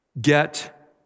Get